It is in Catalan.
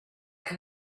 que